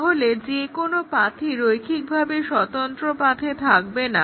তাহলে যে কোনো পাথ্ই রৈখিকভাবে স্বতন্ত্র পাথে থাকবে না